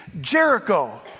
Jericho